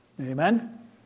Amen